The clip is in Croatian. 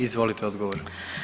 Izvolite odgovor.